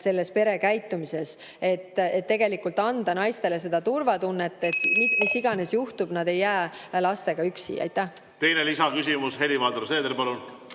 selles perekäitumises, et anda naistele seda turvatunnet, et mis iganes juhtub, nad ei jää lastega üksi. Teine lisaküsimus, Helir-Valdor Seeder, palun!